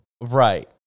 right